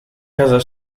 casa